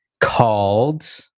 called